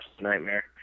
nightmare